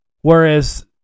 Whereas